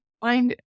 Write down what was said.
find